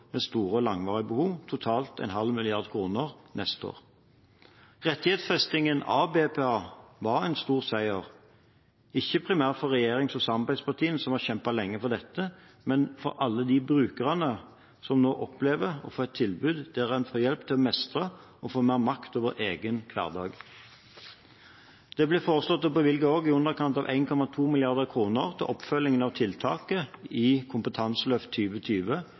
med store og langvarige behov – totalt 0,5 mrd. kr neste år. Rettighetsfestingen av BPA var en stor seier, ikke primært for regjerings- og samarbeidspartiene, som har kjempet lenge for dette, men for alle de brukerne som nå opplever å få et tilbud der en får hjelp til å mestre og få mer makt over egen hverdag. Det blir også foreslått å bevilge i underkant av 1,2 mrd. kr til oppfølgingen av tiltaket i Kompetanseløft